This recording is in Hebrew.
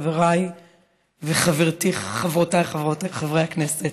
חבריי וחברותיי חברי הכנסת,